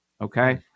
Okay